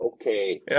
Okay